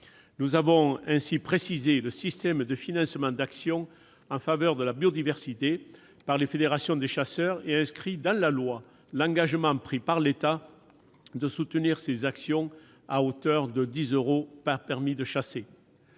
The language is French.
Nous avons ainsi précisé le système de financement d'actions en faveur de la biodiversité par les fédérations des chasseurs et inscrit dans la loi l'engagement pris par l'État de soutenir ces actions à hauteur de 10 euros par permis de chasser.